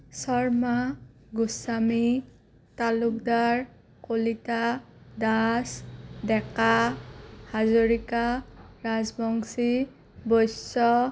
Sharma Goswami Talukdar Kalita Das Deka Hazarika Rajbongshi Baishya